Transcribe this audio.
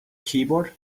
keyboard